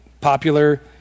popular